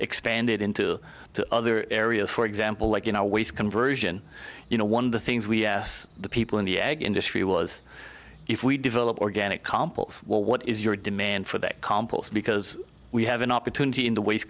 expanded into the other areas for example like you know ways conversion you know one of the things we asked the people in the egg industry was if we develop organic compounds well what is your demand for that compost because we have an opportunity in the waste